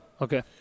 Okay